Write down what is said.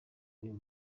uyu